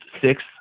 six